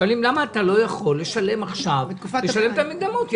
לא יכול לשלם עכשיו עד